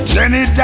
Jenny